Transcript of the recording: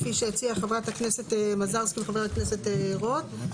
כפי שהציעו חברת הכנסת מזרסקי וחבר הכנסת רוט.